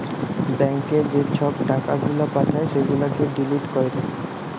ব্যাংকে যে ছব টাকা গুলা পাঠায় সেগুলাকে ডিলিট ক্যরে